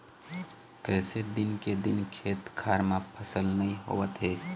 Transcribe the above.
कइसे दिन के दिन खेत खार म फसल नइ होवत हे